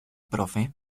profe